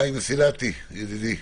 חיים מסילתי, ידידי,